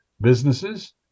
businesses